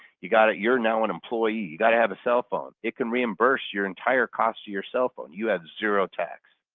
you got it you're now an employee, you got to have a cell phone, it can reimburse your entire cost to your cell phone. you have zero tax.